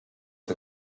the